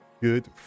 Good